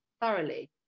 thoroughly